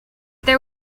there